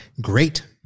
great